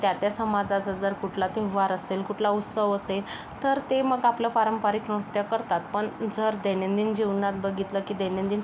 त्या त्या समाजाचं जर कुठला तेव्हार असेल कुठला उत्सव असेल तर ते मग आपलं पारंपरिक नृत्य करतात पण जर दैनंदिन जीवनात बघितलं की दैनंदिन